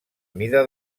mida